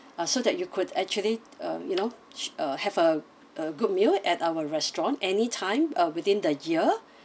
uh so that you could actually uh you know uh have a a good meal at our restaurant anytime uh within the year